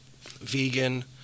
vegan